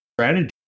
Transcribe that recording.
strategy